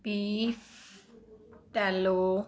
beef tallow